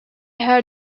her